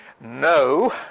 No